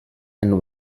and